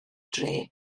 dre